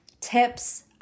tips